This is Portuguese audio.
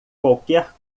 qualquer